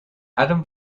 adam